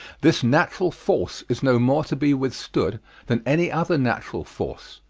this natural force is no more to be withstood than any other natural force.